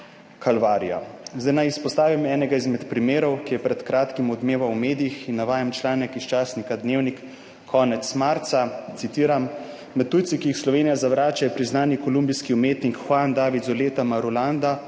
Zdaj naj izpostavim enega izmed primerov, ki je pred kratkim odmeval v medijih. Navajam članek iz časnika Dnevnik konec marca. Citiram: »Med tujci, ki jih Slovenija zavrača, je priznani kolumbijski umetnik Juan David Zuleta Marulanda,